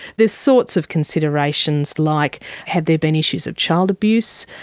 there's sorts of considerations like had there been issues of child abuse?